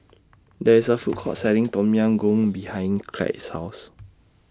There IS A Food Court Selling Tom Yam Goong behind Clide's House